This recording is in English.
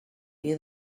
there